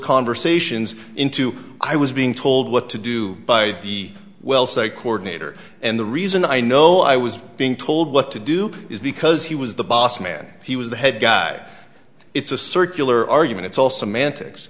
conversations into i was being told what to do by the well site coordinator and the reason i know i was being told what to do is because he was the boss man he was the head guy it's a circular argument it's all semantics